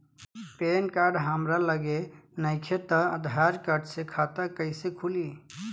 Pan card हमरा लगे नईखे त आधार कार्ड से खाता कैसे खुली?